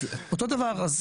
אותו דבר.